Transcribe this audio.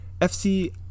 FC